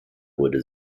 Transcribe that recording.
wurde